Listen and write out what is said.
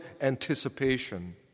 anticipation